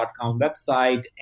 website